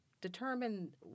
Determine